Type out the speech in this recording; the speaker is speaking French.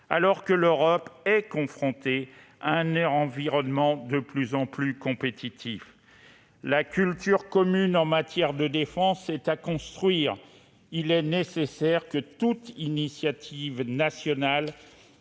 alors que l'Europe est confrontée à un environnement de plus en plus compétitif ? La culture commune en matière de défense est à construire. Il est nécessaire que toutes les initiatives nationales